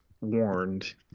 warned